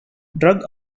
drug